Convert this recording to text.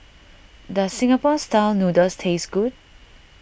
does Singapore Style Noodles taste good